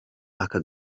aka